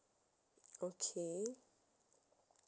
okay